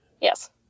yes